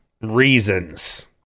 reasons